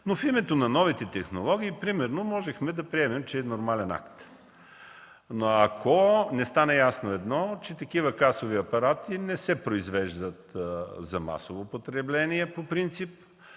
В името на новите технологии примерно можехме да приемем, че е нормален акт. Трябва да стане ясно, че такива касови апарати не се произвеждат за масово потребление по принцип,